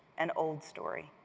an old story.